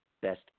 best